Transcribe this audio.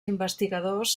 investigadors